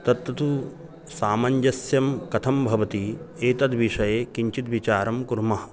तत्तु सामञ्जस्यं कथं भवति एतद्विषये किञ्चित् विचारं कुर्मः